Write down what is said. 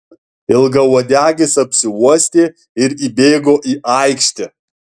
ilgauodegis apsiuostė ir įbėgo į aikštę